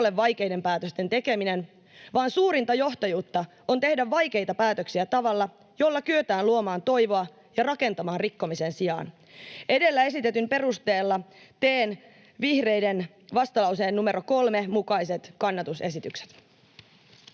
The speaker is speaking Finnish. vaikeiden päätösten tekeminen, vaan suurinta johtajuutta on tehdä vaikeita päätöksiä tavalla, jolla kyetään luomaan toivoa ja rakentamaan rikkomisen sijaan. Edellä esitetyn perusteella teen vihreiden vastalauseen numero 3 mukaiset kannanottoesitykset.